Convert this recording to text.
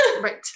right